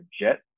jet